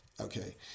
okay